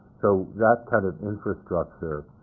so that kind of infrastructure